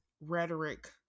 rhetoric